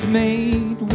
made